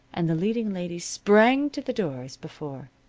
and the leading lady sprang to the door as before.